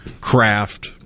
craft